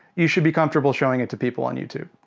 you should be comfortable showing it to people on youtube.